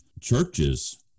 churches